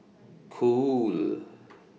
Cool